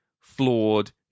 flawed